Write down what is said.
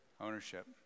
ownership